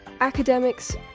academics